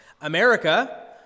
America